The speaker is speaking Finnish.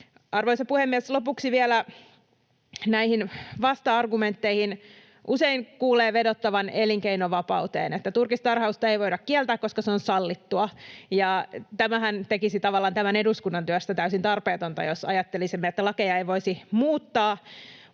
Arvoisa puhemies! Lopuksi vielä näihin vasta-argumentteihin: Usein kuulee vedottavan elinkeinovapauteen, että turkistarhausta ei voida kieltää, koska se on sallittua. Tämähän tekisi tavallaan eduskunnan työstä täysin tarpeetonta, jos ajattelisimme, että lakeja ei voisi muuttaa.